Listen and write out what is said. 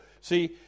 See